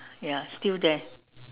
ya still there